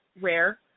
rare